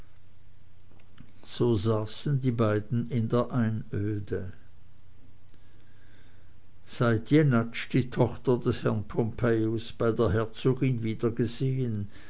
so saßen die beiden in der einöde seit jenatsch die tochter des herrn pompejus bei der herzogin